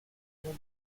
nom